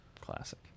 Classic